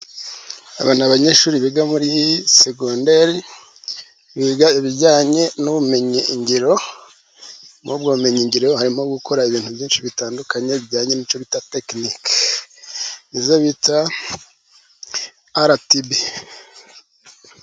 Aba ni abanyeshuri biga muri segonderi, biga ibijyanye n'ubumenyi ngiro, muri ubwo bumenyi ngiro harimo gukora ibintu byinshi bitandukanye bijyanye n'icyo bita tekiniki. Izo bita RTB.